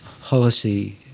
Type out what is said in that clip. policy